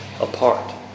apart